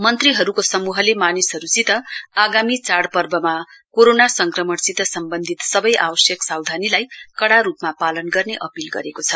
मन्त्रीहरुको समूहले मानिसहरुसित आगामी चाइपर्वमा कोरोना संक्रमणसित सम्बन्धित सबै आवश्यक सावधानीलाई कड़ा रुपमा पालन गर्ने अपील गरेको छ